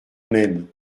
même